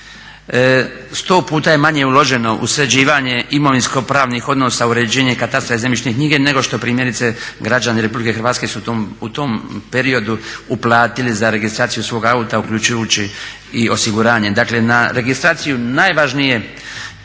Sto puta manje je uloženo u sređivanje imovinsko-pravnih odnosa uređenje katastra i zemljišne knjige, nego što primjerice građani RH su u tom periodu uplatili za registraciju svog auta uključujući i osiguranje. Dakle, na registraciju najvažnije